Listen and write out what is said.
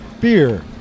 Beer